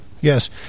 Yes